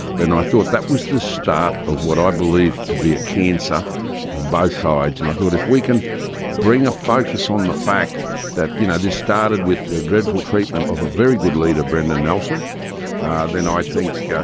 but and i thought that was the start of what i believe to be a cancer on both sides. and i thought if we can bring a focus on the fact that you know this started with the dreadful treatment of of a very good leader brendan nelson then i think, yeah